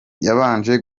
yabanje